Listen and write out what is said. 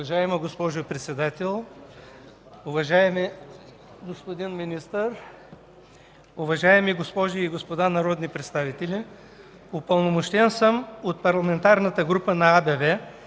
Уважаема госпожо Председател, уважаеми господин Министър, уважаеми госпожи и господа народни представители! Упълномощен съм от Парламентарната група на АБВ